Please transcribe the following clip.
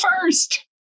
first